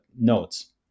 notes